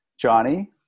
Johnny